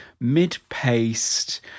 mid-paced